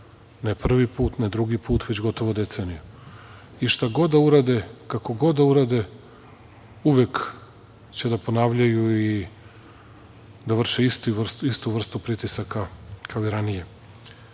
ne prvi put, ne drugi pute, već gotovo decenijama.I šta god da urade, kako god da urade, uvek će da ponavljaju i da vrše istu vrstu pritisaka, kao i ranije. Što